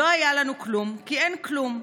לא היה לנו כלום כי אין כלום.